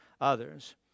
others